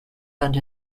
and